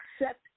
accept